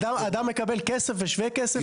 אדם מקבל כסף ושווה כסף.